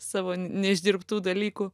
savo neišdirbtų dalykų